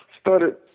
started